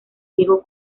diego